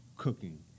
cooking